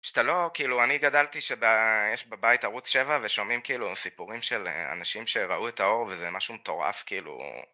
שאתה לא, כאילו אני גדלתי שב.. יש בבית ערוץ 7, ושומעים כאילו סיפורים של אנשים שראו את האור וזה משהו מטורף כאילו